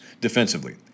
defensively